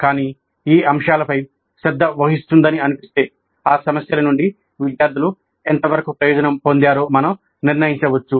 కానీ ఈ అంశాలపై శ్రద్ధ వహిస్తుందని అనిపిస్తే ఆ సమస్యల నుండి విద్యార్థులు ఎంతవరకు ప్రయోజనం పొందారో మనం నిర్ణయించవచ్చు